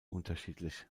unterschiedlich